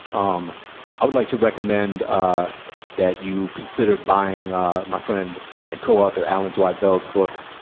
um i would like to recommend ah that you consider buying my friend and co-author allons y bell's book